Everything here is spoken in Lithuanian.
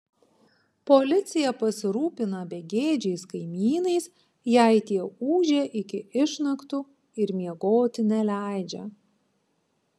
policija pasirūpina begėdžiais kaimynais jei tie ūžia iki išnaktų ir miegoti neleidžia